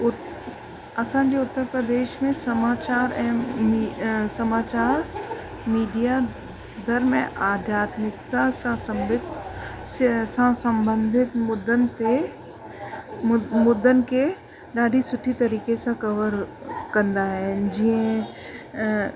असांजे उत्तर प्रदेश में समाचार ऐं मी समाचार मीडिया धर्म ऐं आध्यात्मिकता सां संबिध से सां संबंधित मुद्दनि ते मुद्द मुद्दनि खे ॾाढी सुठी तरीक़े सां कवर कंदा आहिनि जीअं